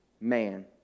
man